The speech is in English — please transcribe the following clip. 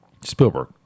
Spielberg